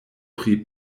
pri